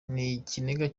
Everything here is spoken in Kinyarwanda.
n’ikiniga